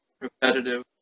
Repetitive